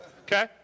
Okay